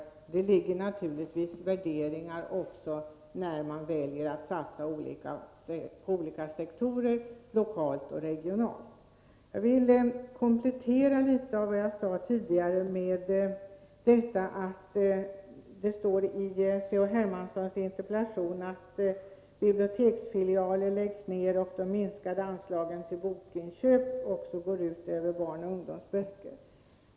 Det görs naturligtvis värderingar också när man väljer att satsa på olika sektorer lokalt och regionalt. Jag vill något komplettera vad jag sade tidigare. Det står i C.-H. Hermanssons interpellation att biblioteksfilialer läggs ned och att minskningen av anslag till bokinköp också går ut över barnoch ungdomsböcker.